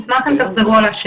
נוספים, לחוקק את החוק מחדש.